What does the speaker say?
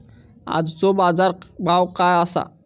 आजचो बाजार भाव काय आसा?